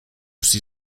see